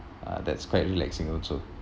uh that's quite relaxing also